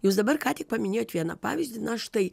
jūs dabar ką tik paminėjot vieną pavyzdį na štai